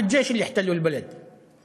החברים שלו בצבא כבשו את המקום.)